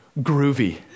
groovy